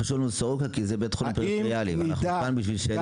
חשוב לנו סורוקה כי הוא בית חולים --- אנחנו כאן כדי שהם יחוזקו.